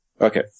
Okay